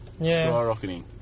skyrocketing